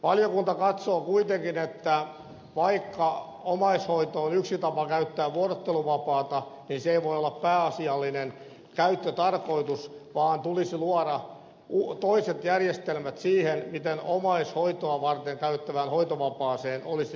valiokunta katsoo kuitenkin että vaikka omaishoito on yksi tapa käyttää vuorotteluvapaata niin se ei voi olla pääasiallinen käyttötarkoitus vaan tulisi luoda toiset järjestelmät siihen miten omaishoitoa varten käytettävään hoitovapaaseen olisi työntekijällä oikeus